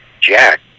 Jack